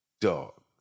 dog